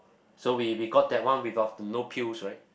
so we we got that one we got no pills right